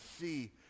see